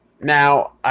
Now